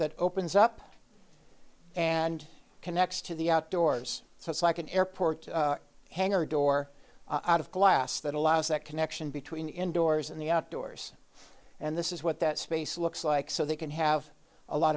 that opens up and connects to the outdoors so it's like an airport hangar door out of glass that allows that connection between indoors and the outdoors and this is what that space looks like so they can have a lot